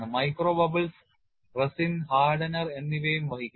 micro bubbles resin hardener എന്നിവയും വഹിക്കും